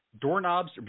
Doorknobs